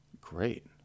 Great